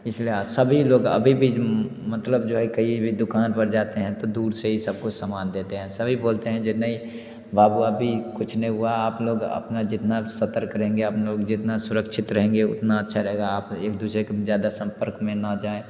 इसलिए सभी लोग अभी भी मतलब जो है कही भी दुकान पर जाते हैं तो दूर से ही सबको समान देते हैं सभी बोलते हैं जे नहीं बाबू अभी कुछ नहीं हुआ आप लोग अपना जितना सतर्क रहेंगे आप लोग जितना सुरक्षित रहेंगे उतना अच्छा रहेगा आप एक दूसरे के ज़्यादा संपर्क में न जाएँ